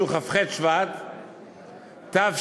שהוא כ"ח שבט תשע"ד,